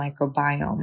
microbiome